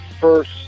first